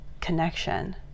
connection